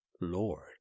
Lord